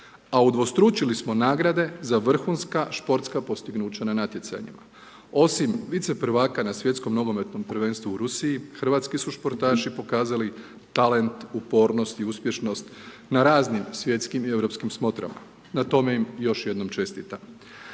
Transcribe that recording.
a udvostručili smo nagrade za vrhunska športska postignuća na natjecanjima. Osim vice prvaka na svjetskom nogometnom prvenstvu u Rusiji, hrvatski su športaši pokazali talent, upornost i uspješnost na raznim svjetskim i europskim smotrama, na tome im još jednom čestitam.